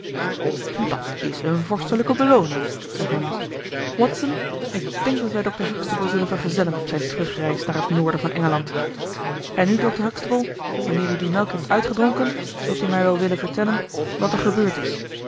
dat is een vorstelijke belooning zei holmes watson ik denk dat wij dr huxtable zullen vergezellen op zijn terugreis naar het noorden van engeland en nu dr huxtable wanneer u die melk hebt uitgedronken zult u mij wel willen vertellen wat er gebeurd is